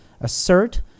Assert